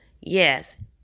yes